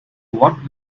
what